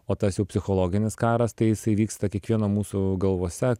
o tas jau psichologinis karas tai jisai vyksta kiekvieno mūsų galvose